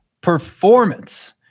performance